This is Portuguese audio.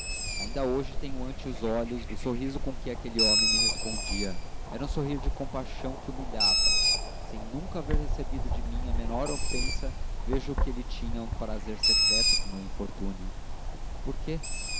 ainda hoje tenho ante os olhos o sorriso com que aquele homem me respondia era um sorrir de compaixão que humilhava sem nunca haver recebido de mim a menor ofensa vejo que ele tinha um prazer secreto com o meu infortúnio por quê